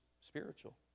spiritual